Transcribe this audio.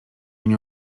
nie